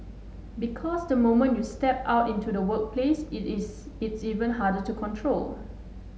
because the moment you step out into the workplace it's it's even harder to control